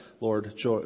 Lord